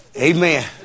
Amen